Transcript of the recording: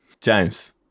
James